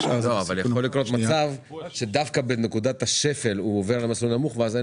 יכול להיות שדווקא בנקודת השפל הוא עובר למסלול נמוך ואז אין